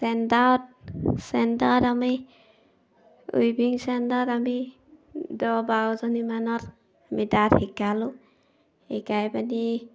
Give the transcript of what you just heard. চেণ্টাৰত চেণ্টাৰত আমি উইভিং চেণ্টাৰত আমি দহ বাৰজনীমানত আমি তাত শিকালোঁ শিকাই পিনি